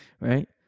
right